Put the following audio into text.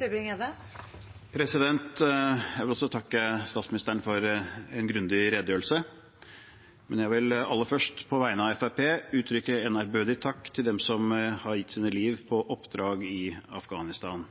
Jeg vil også takke statsministeren for en grundig redegjørelse. Men jeg vil aller først, på vegne av Fremskrittspartiet, uttrykke en ærbødig takk til dem som har gitt sitt liv på oppdrag i Afghanistan.